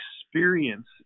experience